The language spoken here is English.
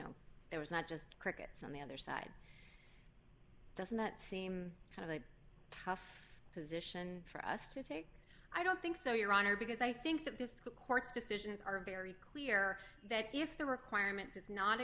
know there was not just crickets on the other side doesn't that seem kind of a tough position for us to take i don't think so your honor because i think that this court's decisions are very clear that if the requirement